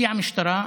הגיעה המשטרה.